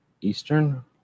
Eastern